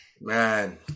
Man